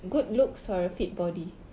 good looks or a fit body